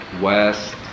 west